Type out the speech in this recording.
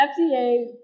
FDA